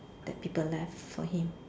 that people left for him